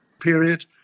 period